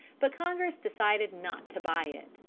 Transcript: but congress decided not to buy it.